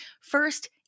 First